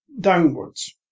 downwards